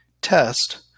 test